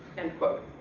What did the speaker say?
end quote.